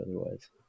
Otherwise